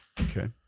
Okay